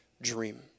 dream